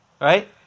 Right